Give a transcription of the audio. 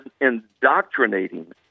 indoctrinating